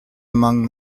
among